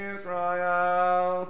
Israel